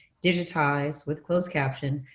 digitized, with closed caption,